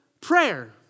prayer